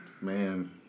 man